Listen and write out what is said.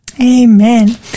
Amen